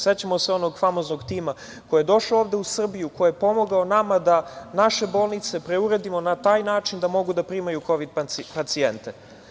Sećamo se onog famoznog tima koji je došao ovde u Srbiju, koji je pomogao nama da naše bolnice preuredimo na taj način da mogu da primaju kovid pacijente.